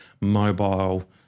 mobile